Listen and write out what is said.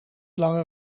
langer